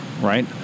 right